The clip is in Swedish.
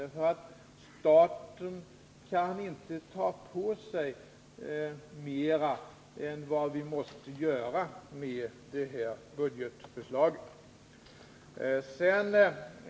Staten kan nämligen inte ta på sig mer än vad det här budgetförslaget innebär.